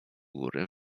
góry